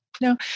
No